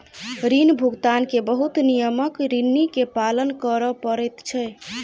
ऋण भुगतान के बहुत नियमक ऋणी के पालन कर पड़ैत छै